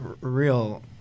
real